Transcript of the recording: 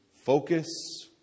Focus